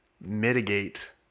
mitigate